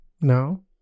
No